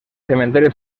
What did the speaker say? cementerio